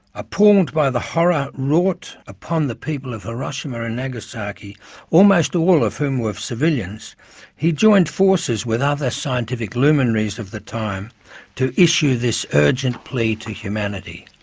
appalled by the horror wrought upon the people of hiroshima and nagasaki almost all of whom were civilians he joined forces with other scientific luminaries of his time to issue this urgent plea to humanity